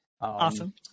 Awesome